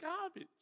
garbage